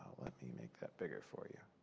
let me make that bigger for you.